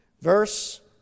Verse